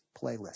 playlist